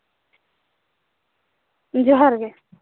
ᱡᱚᱦᱟᱨᱜᱮ